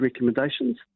recommendations